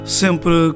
sempre